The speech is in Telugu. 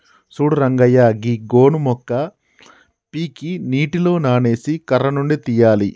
సూడు రంగయ్య గీ గోను మొక్క పీకి నీటిలో నానేసి కర్ర నుండి తీయాలి